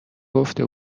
گفته